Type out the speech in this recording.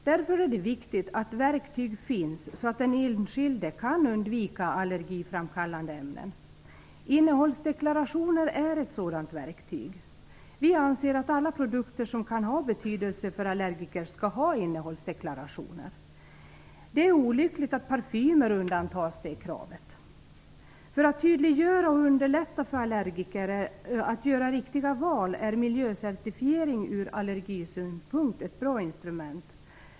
Därför är det viktigt att verktyg finns så att den enskilde kan undvika allergiframkallande ämnen. Innehållsdeklarationer är ett sådant verktyg. Vi anser att alla produkter som kan ha betydelse för allergiker skall ha innehållsdeklarationer. Det är olyckligt att parfymer undantas från det kravet. För att tydliggöra och underlätta för allergiker att göra riktiga val är miljöcertifiering ett bra instrument ur allergisynpunkt.